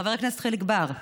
חבר הכנסת חיליק בר,